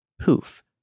poof